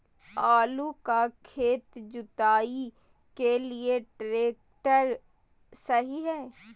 आलू का खेत जुताई के लिए ट्रैक्टर सही है?